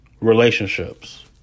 Relationships